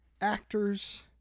actors